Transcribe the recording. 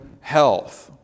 health